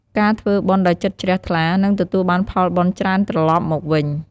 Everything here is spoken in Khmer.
ការធ្វើបុណ្យដោយចិត្តជ្រះថ្លា នឹងទទួលបានផលបុណ្យច្រើនត្រឡប់មកវិញ។